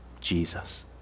Jesus